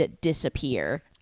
disappear